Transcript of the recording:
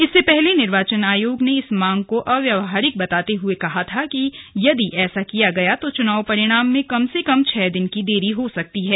इससे पहले निर्वाचन आयोग ने इस मांग को अव्यावहारिक बताते हुए कहा था कि यदि ऐसा किया गया तो चुनाव परिणाम में कम से कम छह दिन की देरी हो सकती है